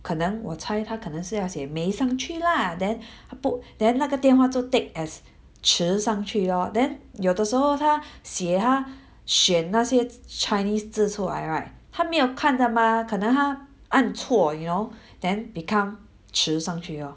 可能我猜她可能是要写没上去啦 then 她 put then 那个电话就 take as 迟上去咯 then 有的时候她 写她 选那些 chinese 字出来 right 她没有看的嘛可能她按错 you know then become 迟上去咯